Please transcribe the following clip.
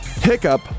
Hiccup